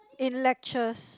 in lectures